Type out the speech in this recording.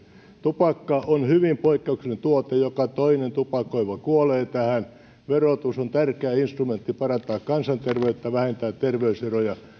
tupakka on hyvin poikkeuksellinen tuote joka toinen tupakoiva kuolee siihen verotus on tärkeä instrumentti parantaa kansanterveyttä vähentää terveyseroja